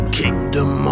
kingdom